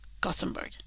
Gothenburg